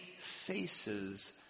faces